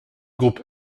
groupe